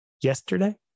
yesterday